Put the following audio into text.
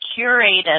curated